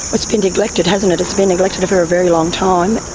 it's been neglected hasn't it? it's been neglected for a very long time.